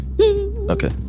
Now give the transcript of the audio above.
okay